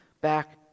back